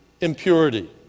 impurity